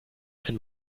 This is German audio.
ein